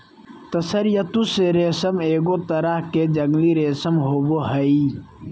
तसर या तुसह रेशम एगो तरह के जंगली रेशम होबो हइ